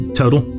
total